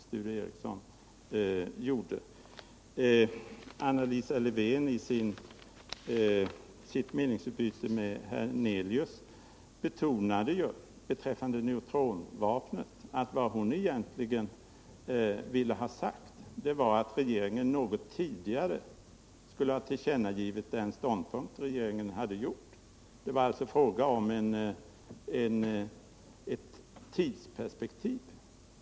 Anna Lisa Lewén-Eliasson betonade ju i sitt meningsutbyte med Allan Hernelius om neutronvapnet att vad hon cgentligen vill ha sagt är att regeringen något tidigare borde ha tillkännagivit sin cgen ståndpunkt. Det var alltså fråga om ett tidsperspektiv.